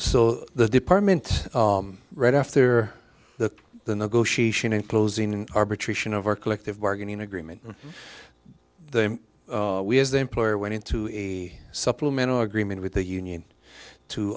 so the department right after the the negotiation in closing an arbitration of our collective bargaining agreement the we as the employer went into a supplemental agreement with the union to